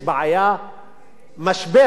משבר הייתי אומר, באכיפה.